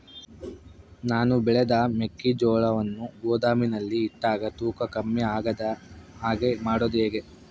ನಾನು ಬೆಳೆದ ಮೆಕ್ಕಿಜೋಳವನ್ನು ಗೋದಾಮಿನಲ್ಲಿ ಇಟ್ಟಾಗ ತೂಕ ಕಮ್ಮಿ ಆಗದ ಹಾಗೆ ಮಾಡೋದು ಹೇಗೆ?